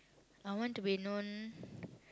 I want to be known